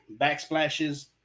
backsplashes